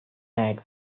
egg